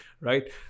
right